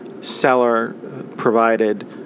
seller-provided